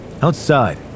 Outside